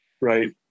Right